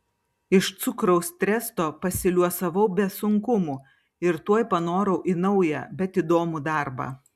iš cukraus tresto pasiliuosavau be sunkumų ir tuoj panorau į naują bet įdomų darbą